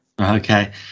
Okay